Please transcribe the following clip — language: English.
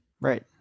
right